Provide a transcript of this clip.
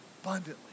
abundantly